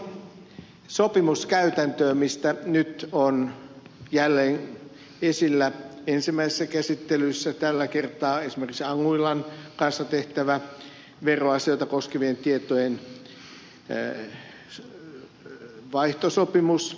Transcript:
mutta sopimuskäytäntöön mistä nyt on jälleen esillä ensimmäisessä käsittelyssä tällä kertaa esimerkiksi anguillan kanssa tehtävä veroasioita koskevien tietojen vaihtosopimus